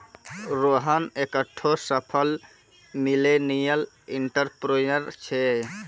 रोहन एकठो सफल millennial entrepreneur छै